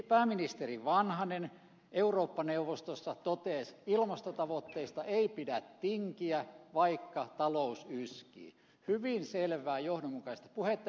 pääministeri vanhanen eurooppa neuvostossa totesi että ilmastotavoitteista ei pidä tinkiä vaikka talous yskii hyvin selvää johdonmukaista puhetta